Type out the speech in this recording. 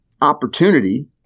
Opportunity